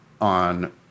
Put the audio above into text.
on